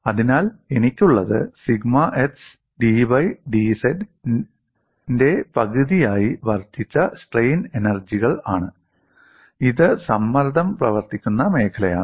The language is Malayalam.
അതിനാൽ എനിക്കുള്ളത് 'സിഗ്മ x dy dz' ന്റെ പകുതിയായി വർദ്ധിച്ച സ്ട്രെയിൻ എനർജികൾ എനിക്കുണ്ട് ഇത് സമ്മർദ്ദം പ്രവർത്തിക്കുന്ന മേഖലയാണ്